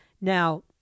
Now